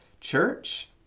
Church